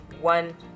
one